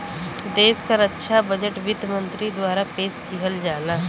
देश क रक्षा बजट वित्त मंत्री द्वारा पेश किहल जाला